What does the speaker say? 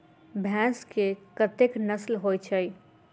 भैंस केँ कतेक नस्ल होइ छै?